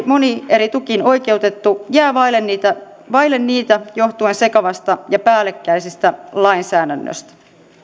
moni eri tukiin oikeutettu jää vaille niitä vaille niitä johtuen sekavasta ja päällekkäisestä lainsäädännöstä